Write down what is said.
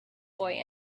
boy